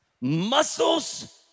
muscles